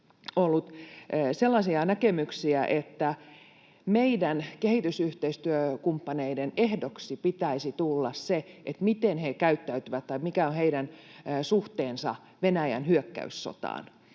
ollut sellaisia näkemyksiä, että meidän kehitysyhteistyökumppaneidemme ehdoksi pitäisi tulla se, miten he käyttäytyvät tai mikä on heidän suhteensa Venäjän hyökkäyssotaan,